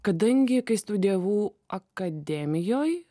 kadangi kai studijavau akademijoj